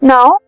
Now